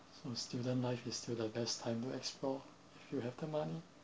so student life is still the best time to explore if you have the money